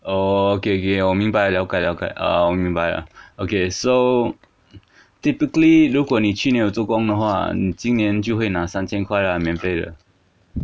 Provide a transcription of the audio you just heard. oh okay okay 我明白了 okay okay orh 我明白了 okay so typically 如果你去年有做工的话你今年就会拿三千块 lah 免费的